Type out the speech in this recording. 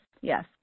Yes